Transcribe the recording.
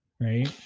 right